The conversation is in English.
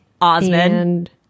Osmond